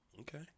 Okay